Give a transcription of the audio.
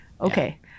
Okay